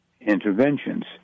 interventions